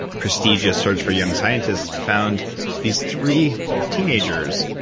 prestigious search for young scientists, found these three teenagers.